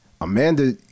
Amanda